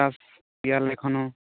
ᱪᱟᱥ ᱜᱮᱭᱟᱞᱮ ᱮᱠᱷᱚᱱᱚ